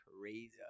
crazy